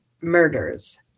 murders